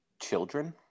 children